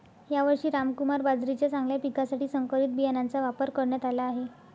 यावर्षी रामकुमार बाजरीच्या चांगल्या पिकासाठी संकरित बियाणांचा वापर करण्यात आला आहे